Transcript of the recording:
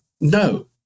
no